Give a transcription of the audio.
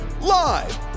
live